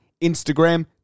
Instagram